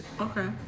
Okay